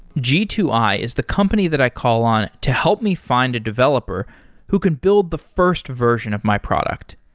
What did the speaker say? g two i is the company that i call on to help me find a developer who can build the first version of my product.